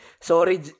Sorry